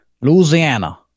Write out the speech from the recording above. louisiana